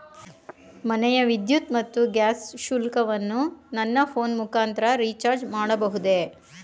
ಮನೆಯ ವಿದ್ಯುತ್ ಮತ್ತು ಗ್ಯಾಸ್ ಶುಲ್ಕವನ್ನು ನನ್ನ ಫೋನ್ ಮುಖಾಂತರ ರಿಚಾರ್ಜ್ ಮಾಡಬಹುದೇ?